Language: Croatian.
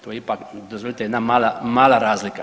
To je ipak dozvolite jedna mala razlika.